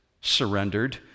surrendered